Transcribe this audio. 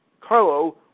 Carlo